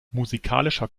musikalischer